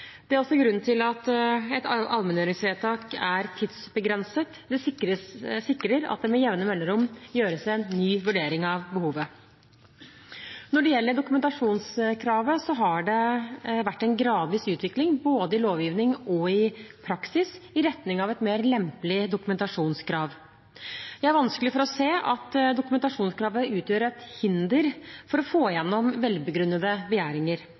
Det er også grunnen til at et allmenngjøringsvedtak er tidsbegrenset. Det sikrer at det med jevne mellomrom gjøres en ny vurdering av behovet. Når det gjelder dokumentasjonskravet, har det vært en gradvis utvikling – både i lovgivningen og i praksis – i retning av et mer lempelig dokumentasjonskrav. Jeg har vanskelig for å se at dokumentasjonskravet utgjør et hinder for å få gjennom velbegrunnede begjæringer.